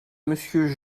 monsieur